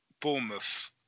Bournemouth